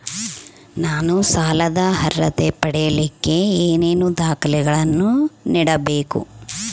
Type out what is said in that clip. ನಾನು ಸಾಲದ ಅರ್ಹತೆ ಪಡಿಲಿಕ್ಕೆ ಏನೇನು ದಾಖಲೆಗಳನ್ನ ನೇಡಬೇಕು?